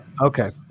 Okay